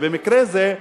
ובמקרה זה,